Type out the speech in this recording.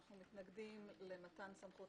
(מתן סמכויות